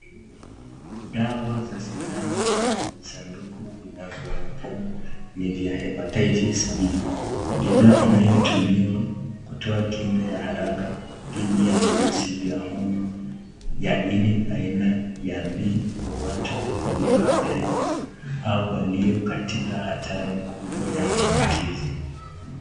Dawa za sindano na vijisanduku vinavyoonekana ni vya Hepatitis B , bidhaa inayotumiwa kutoa kinga ya haraka dhidi ya virusi ya homa ya ini aina ya B, kwa watu walio adhirika au wako katika hatari kubwa ya maambukizi.